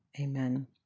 Amen